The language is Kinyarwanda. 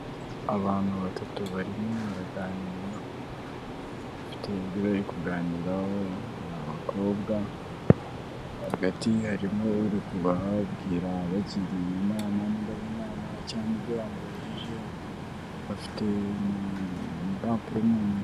Abantu batatu barimo baraganira bafite ibyo bari kuganiraho ni abakobwa, hagati harimo uri kubabwira abagira inama niba ari inama cyangwa ibyo bamubajije, bafite impapuro mu ntoki.